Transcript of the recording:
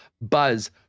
Buzz